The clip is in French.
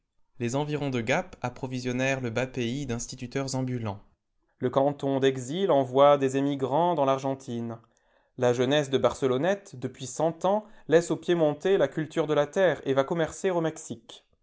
les environs de gap approvisionnèrent le bas pays d'instituteurs ambulants le canton d'exilés envoie des émigrants dans l'argentine la jeunesse de barcelonnette depuis cent ans laisse aux piémontais la culture de la terre et va commercer au mexique